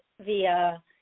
via